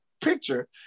picture